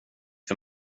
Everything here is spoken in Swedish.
för